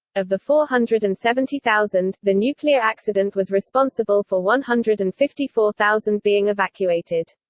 of the four hundred and seventy thousand, the nuclear accident was responsible for one hundred and fifty four thousand being evacuated.